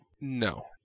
No